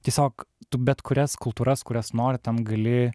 tiesiog tu bet kurias kultūras kurias nori ten gali